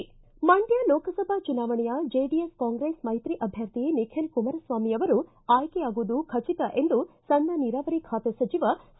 ಮಂಡ್ಕ ಲೋಕಸಭಾ ಚುನಾವಣೆಯ ಜೆಡಿಎಸ್ ಕಾಂಗ್ರೆಸ್ ಮೈತ್ರಿ ಅಭ್ವರ್ಥಿ ನಿಖಿಲ್ ಕುಮಾರಸ್ವಾಮಿ ಅವರು ಆಯ್ಕೆಯಾಗುವುದು ಖಚಿತ ಎಂದು ಸಣ್ಣ ನೀರಾವರಿ ಖಾತೆ ಸಚಿವ ಸಿ